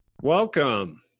Welcome